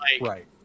right